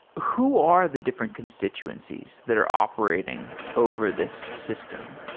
who are the different constituencies that are operating over this system?